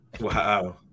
Wow